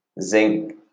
zinc